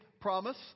promise